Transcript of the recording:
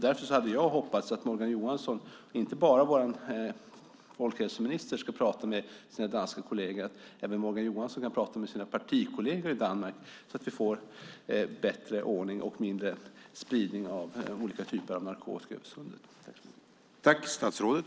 Därför tycker jag att inte bara vår folkhälsominister ska prata med sina danska kolleger utan att även Morgan Johansson kan prata med sina partikolleger i Danmark så att vi får bättre ordning och mindre spridning av olika typer av narkotika över Sundet.